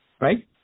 Right